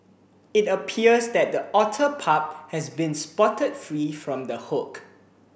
it appears that the otter pup has been spotted free from the hook